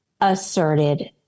asserted